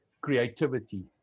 creativity